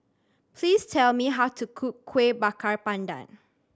please tell me how to cook Kueh Bakar Pandan